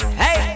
hey